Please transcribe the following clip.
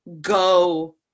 go